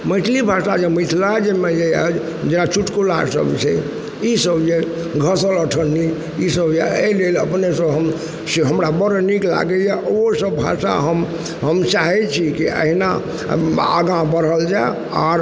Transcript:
मैथिली भाषा जे मिथिला जे मानि लिअऽ आबि जेना चुटकुला सब छै ईसब यऽ घँसल अठन्नी ईसब अइ लेल अपनेसँ हम से हमरा बड़ नीक लागइए ओसब भाषा हम हम चाहय छी कि अहिना हम आगा बढ़ल जाइ आओर